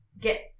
get